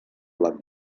blat